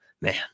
man